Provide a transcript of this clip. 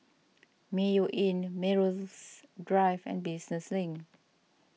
Mayo Inn Melrose Drive and Business Link